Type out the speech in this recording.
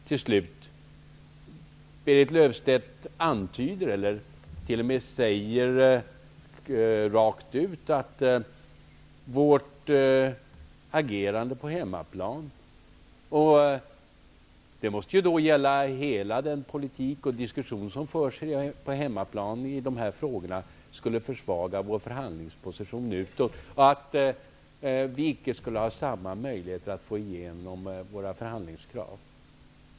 Till slut: Berit Löfstedt säger rakt ut att vårt agerande på hemmaplan -- och det måste gälla hela den politik och den diskussion som förs på hemmaplan i dessa frågor -- skulle försvaga vår förhandlingsposition utåt och att vi därigenom skulle få sämre möjligheter att få igenom våra förhandlingskrav.